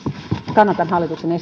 kannatan hallituksen